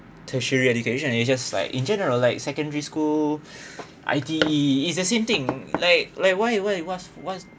tertiary education is just like in general like secondary school I_T_E it's the same thing like like why why what's what's